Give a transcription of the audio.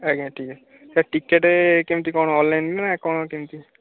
ଆଜ୍ଞା ଟିକିଏ sir ticket କେମିତି କ'ଣ ଅନ୍ଲାଇନ୍ ନା କ'ଣ କେମିତି